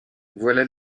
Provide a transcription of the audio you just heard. voilà